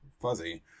fuzzy